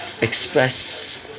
express